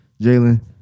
Jalen